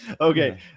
Okay